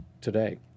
today